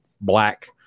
black